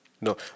No